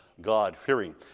God-fearing